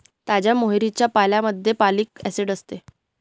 ताज्या मोहरीच्या पाल्यामध्ये फॉलिक ऍसिड असते